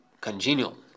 congenial